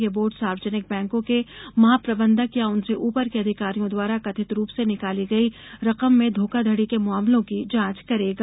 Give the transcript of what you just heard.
यह बोर्ड सार्वजनिक बैंकों के महाप्रबंधक या उनसे ऊपर के अधिकारियों द्वारा कथित रूप से निकाली गई रकम में धोखाधड़ी के मामलों की जांच करेगा